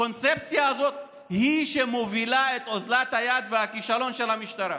הקונספציה הזאת היא שמובילה את אוזלת היד והכישלון של המשטרה,